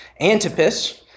Antipas